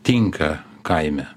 tinka kaime